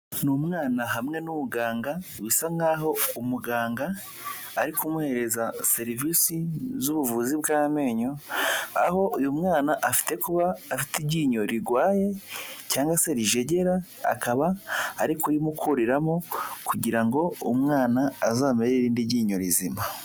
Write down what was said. Ni umwana hamwe n'ubuganga, bisa nkaho umuganga ari kumuhereza serivisi z'ubuvuzi bw'amenyo, aho uyu mwana afite kuba afite iryinyo rirwaye cyangwa se rijegera, akaba ari kurimukuriramo kugira ngo umwana azamere irindi ryinyo rizima.